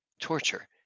torture